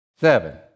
Seven